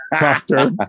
doctor